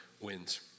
wins